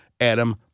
Adam